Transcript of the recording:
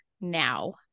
Now